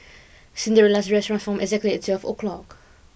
Cinderella's dress transformed exactly at twelve o'clock